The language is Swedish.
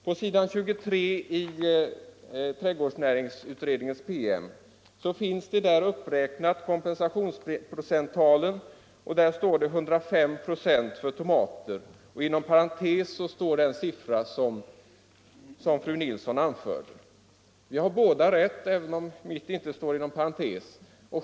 På s. 23 i trädgårdsnäringsutredningens PM finns en uppräkning över kompensationstalen. Där står det 105 96 för tomater, och inom parentes står den siffra som fru Nilsson anförde. Vi har båda rätt, även om den uppgift jag lämnade inte står inom parentes.